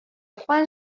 juan